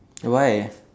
why